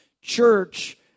church